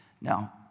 Now